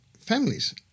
families